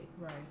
right